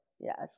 Yes